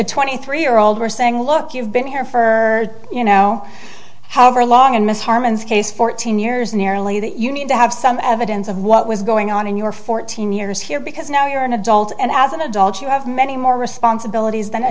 the twenty three year old were saying look you've been here for you know however long and miss harman's case fourteen years nearly that you need to have some evidence of what was going on in your fourteen years here because now you are an adult and as an adult you have many more responsibilities than